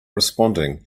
responding